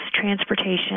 transportation